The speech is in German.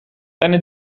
eine